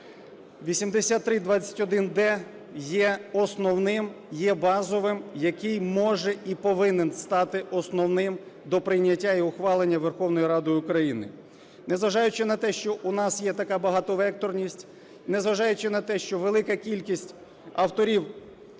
8321-д є основним, є базовим, який може і повинен стати основним до прийняття і ухвалення Верховною Радою України. Незважаючи на те, що у нас є така багатовекторність, незважаючи на те, що велика кількість авторів